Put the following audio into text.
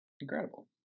incredible